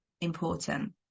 important